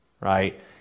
right